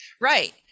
right